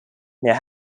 near